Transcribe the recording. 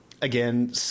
again